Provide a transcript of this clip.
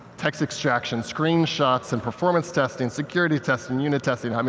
text extraction, screenshots and performance testing, security testing, unit testing. i mean